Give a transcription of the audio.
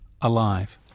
alive